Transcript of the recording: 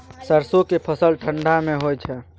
सरसो के फसल ठंडा मे होय छै?